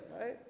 right